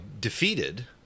defeated